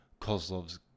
Kozlov's